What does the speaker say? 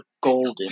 golden